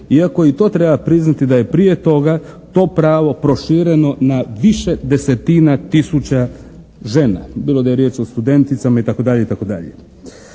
iako i to treba priznati da je prije toga to pravo prošireno na više desetina tisuća žena bilo da je riječ o studenticama itd.